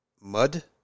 Mud